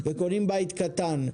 קונים בית קטן.